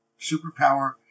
superpower